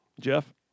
Jeff